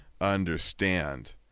understand